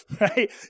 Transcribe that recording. Right